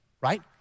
right